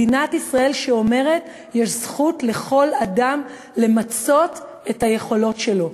מדינת ישראל שאומרת שיש זכות לכל אדם למצות את היכולות שלו,